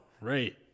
Right